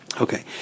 Okay